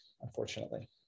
unfortunately